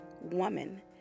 woman